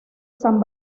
san